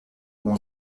mon